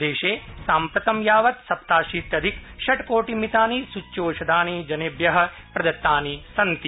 देशे साम्प्रतं यावत् सप्ताशत्यिधिक षट्कोटि मितानि सूच्यौषधा नि जनेभ्य प्रदतानि सन्ति